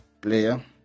player